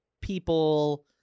People-